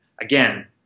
Again